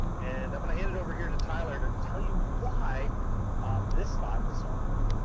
and i'm going to hand it over here to tyler to tell you why this spot is so important.